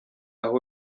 aho